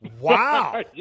Wow